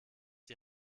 die